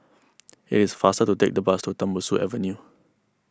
it is faster to take the bus to Tembusu Avenue